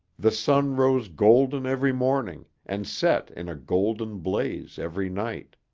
the sun rose golden every morning and set in a golden blaze every night.